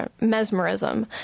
mesmerism